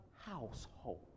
household